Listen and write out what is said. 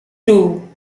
two